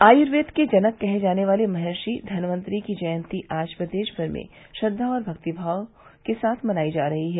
आयुर्वेद के जनक कहे जाने वाले महर्षि धनवंतरी की जयंती आज प्रदेश भर में श्रद्वा और भक्ति भावना के साथ मनाई जा रही है